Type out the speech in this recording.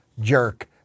jerk